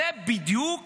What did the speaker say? זו בדיוק